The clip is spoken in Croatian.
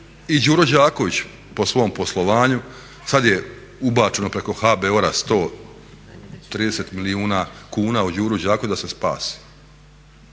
i Đuro Đaković po svom poslovanju. Sad je ubačeno preko HBOR-a 130 milijuna kuna u Đuru Đaković da se spasi.